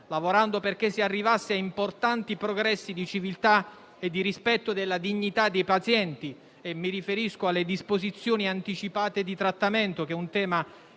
lavorando perché si arrivasse ad importanti progressi di civiltà e di rispetto della dignità dei pazienti. Mi riferisco in particolare alle disposizioni anticipate di trattamento, un tema che